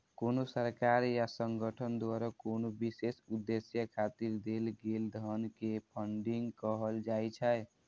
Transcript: कोनो सरकार या संगठन द्वारा कोनो विशेष उद्देश्य खातिर देल गेल धन कें फंडिंग कहल जाइ छै